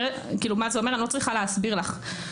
אני לא צריכה להסביר לך.